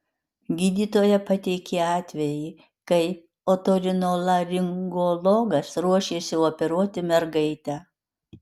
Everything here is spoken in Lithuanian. gydytoja pateikė atvejį kai otorinolaringologas ruošėsi operuoti mergaitę